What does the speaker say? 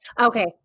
Okay